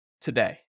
today